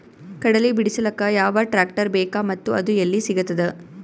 ಕಡಲಿ ಬಿಡಿಸಲಕ ಯಾವ ಟ್ರಾಕ್ಟರ್ ಬೇಕ ಮತ್ತ ಅದು ಯಲ್ಲಿ ಸಿಗತದ?